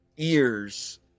Ears